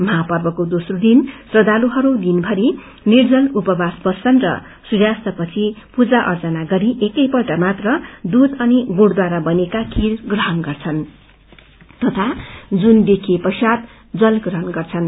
महापर्यको दोस्रो दिन श्रखालुहरू दिनभरि निर्जत उपवास बस्छन् र सुर्यास्तपछि पूजा अर्यना गरी एकैपल्ट मात्र दूष अनि गुङ्खारा बनिएका खीर प्रहण गर्छन् तथा जून देखिए पश्चात जल प्रहण गर्छन्